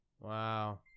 Wow